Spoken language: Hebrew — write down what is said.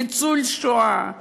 ניצול שואה,